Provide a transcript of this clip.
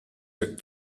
through